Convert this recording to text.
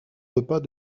repas